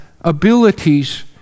abilities